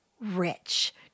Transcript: rich